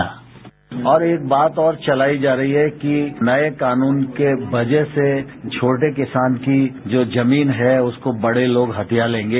bite और एक बात और चलाई जा रही है कि नए कानून की वजह से छोटे किसान की जो जमीन है उसको बड़े लोग हथिया लेंगे